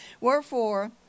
wherefore